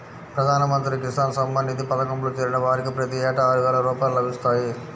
ప్రధాన మంత్రి కిసాన్ సమ్మాన్ నిధి పథకంలో చేరిన వారికి ప్రతి ఏటా ఆరువేల రూపాయలు లభిస్తాయి